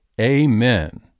Amen